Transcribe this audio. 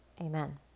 Amen